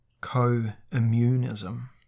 Co-immunism